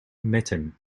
mitton